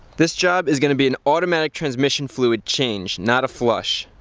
this job is going to be an automatic transmission fluid change, not a flush.